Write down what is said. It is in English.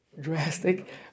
drastic